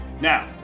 Now